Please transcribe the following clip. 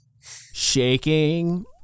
Shaking